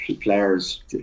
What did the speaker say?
players